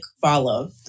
follow